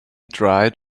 dried